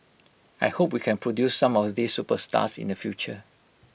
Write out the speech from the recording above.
I hope we can produce some of these superstars in the future